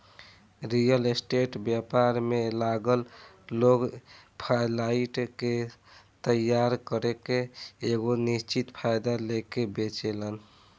real estate व्यापार में लागल लोग फ्लाइट के तइयार करके एगो निश्चित फायदा लेके बेचेलेन